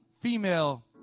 female